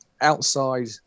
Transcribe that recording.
outside